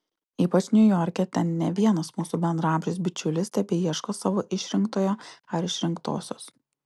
ypač niujorke ten ne vienas mūsų bendraamžis bičiulis tebeieško savo išrinktojo ar išrinktosios